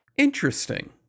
interesting